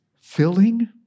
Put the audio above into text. filling